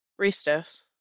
Ristos